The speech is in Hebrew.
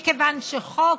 מכיוון שחוק